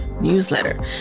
newsletter